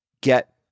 get